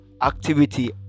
activity